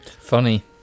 funny